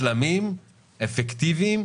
אומרים: בואו נשנה את החקיקה הזו,